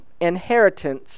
inheritance